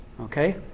okay